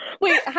Wait